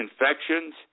infections